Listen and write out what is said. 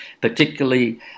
particularly